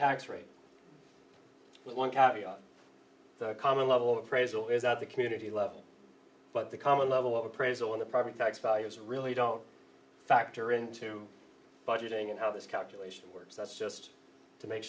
tax rate one carry on common level appraisal is at the community level but the common level of appraisal on the property tax values really don't factor into budgeting and how this calculation works that's just to make